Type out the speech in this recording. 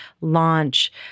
launch